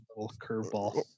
curveball